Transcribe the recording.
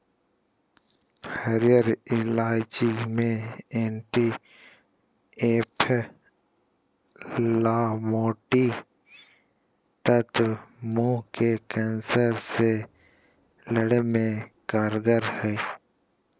हरीयर इलायची मे एंटी एंफलामेट्री तत्व मुंह के कैंसर से लड़े मे कारगर हई